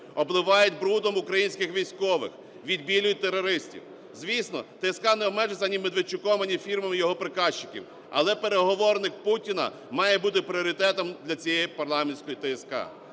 обливають брудом українських військових, відбілюють терористів. Звісно, ТСК не обмежиться, ані Медведчуком, ані фірмами його прикажчиків, але переговорник Путіна має бути пріоритетом для цієї парламентської ТСК.